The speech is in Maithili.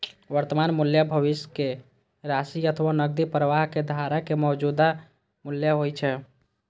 वर्तमान मूल्य भविष्यक राशि अथवा नकदी प्रवाहक धाराक मौजूदा मूल्य होइ छै